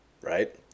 Right